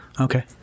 okay